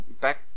back